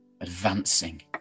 advancing